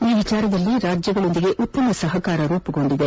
ಈ ವಿಚಾರದಲ್ಲಿ ರಾಜ್ಯಗಳೊಂದಿಗೆ ಉತ್ತಮ ಸಹಕಾರ ರೂಮಗೊಂಡಿದೆ